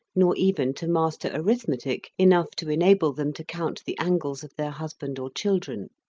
nor even to master arithmetic enough to enable them to count the angles of their husband or children